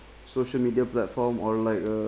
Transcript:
social media platform or like uh